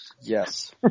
yes